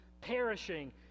perishing